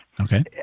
Okay